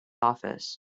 office